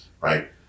right